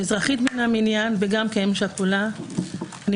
כאזרחית מן המניין וגם כאם שכולה אני